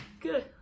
Good